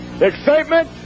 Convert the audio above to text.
excitement